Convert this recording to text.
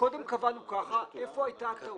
קודם קבענו ככה, איפה הייתה הטעות.